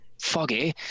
foggy